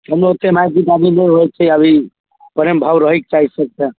फिरो केनाहिते नहि होइ छै अभी प्रेम भाव रहयके चाही सबके